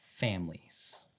families